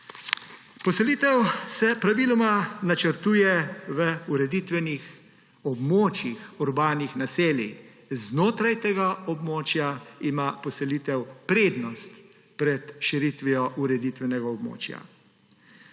Poselitev se praviloma načrtuje v ureditvenih območjih urbanih naselij, znotraj tega območja ima poselitev prednost pred širitvijo ureditvenega območja.